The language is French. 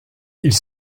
ils